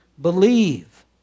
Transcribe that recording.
believe